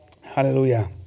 Hallelujah